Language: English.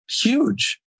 huge